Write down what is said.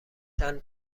چند